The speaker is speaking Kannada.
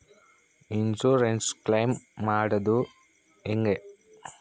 ಇನ್ಸುರೆನ್ಸ್ ಕ್ಲೈಮ್ ಮಾಡದು ಹೆಂಗೆ?